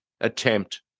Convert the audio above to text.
attempt